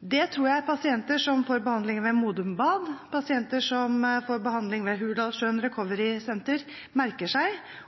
Det tror jeg pasienter som får behandling ved Modum Bad og pasienter som får behandling ved Hurdalsjøen Recoverysenter, merker seg og bekymrer seg